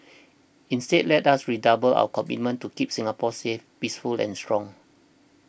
instead let us redouble our commitment to keep Singapore safe peaceful and strong